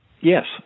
yes